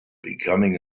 becoming